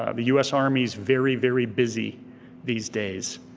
ah the us army's very, very busy these days